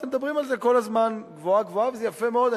אתם מדברים על זה כל הזמן גבוהה-גבוהה וזה יפה מאוד.